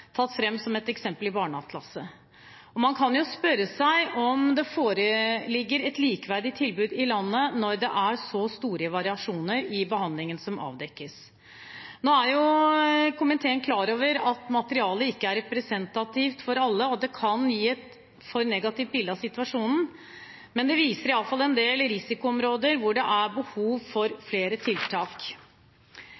tatt fram som et eksempel i barneatlaset. Man kan spørre seg om det foreligger et likeverdig tilbud i landet når det avdekkes så store variasjoner i behandlingen. Nå er komiteen klar over at materialet ikke er representativt for alle, og at det kan gi et for negativt bilde av situasjonen. Men det viser iallfall en del risikoområder hvor det er behov for